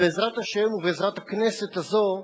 ובעזרת השם, ובעזרת הכנסת הזאת,